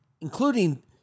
Including